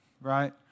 right